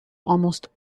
almost